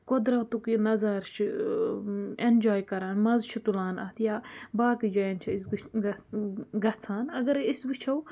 قۄدرَتُک یہِ نظارٕ چھُ اٮ۪نجاے کَران مَزٕ چھُ تُلان اَتھ یا باقٕے جایَن چھِ أسۍ گژھان اَگر أسۍ وٕچھو